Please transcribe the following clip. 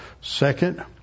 Second